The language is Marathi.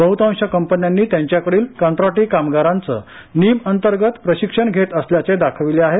बहुतांश कंपन्यांनी त्यांच्याकडील कंत्राटी कामगारांनाच निम अंतर्गत प्रशिक्षण घेत असल्याचे दाखविले आहे